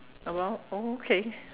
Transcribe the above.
about oh okay